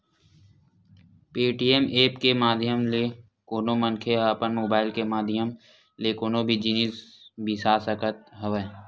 Paytm app के माधियम ले कोनो मनखे ह अपन मुबाइल के माधियम ले कोनो भी जिनिस बिसा सकत हवय